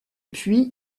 puis